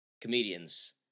comedians